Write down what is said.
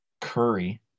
Curry